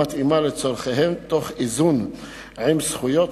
המתאימה לצורכיהם תוך איזון עם זכויות